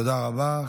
תודה רבה.